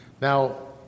Now